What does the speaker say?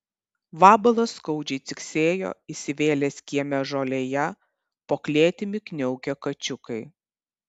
vabalas skaudžiai ciksėjo įsivėlęs kieme žolėje po klėtimi kniaukė kačiukai